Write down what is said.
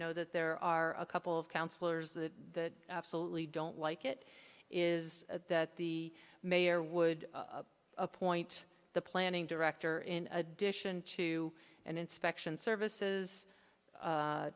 know that there are a couple of counselors that absolutely don't like it is that the mayor would appoint the planning director in addition to an inspection services